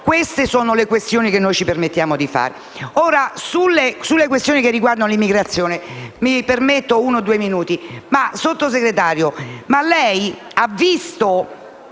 Sottosegretario, lei ha visto